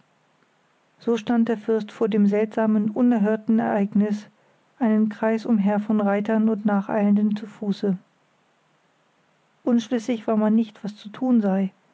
so stand der fürst vor dem seltsamen unerhörten ereignis einen kreis umher von reitern und nacheilenden zu fuße unschlüssig war man nicht was zu tun sei